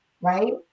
right